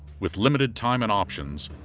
with limited time and options,